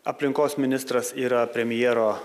aplinkos ministras yra premjero